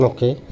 Okay